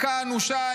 מכה אנושה.